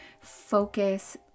focus